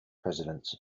presidents